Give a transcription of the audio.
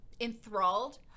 enthralled